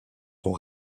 son